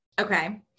Okay